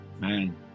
Man